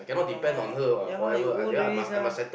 mama ya lah you old already sia